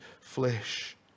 flesh